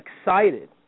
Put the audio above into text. excited